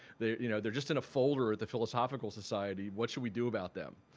they you know they're just in a folder at the philosophical society. what should we do about them?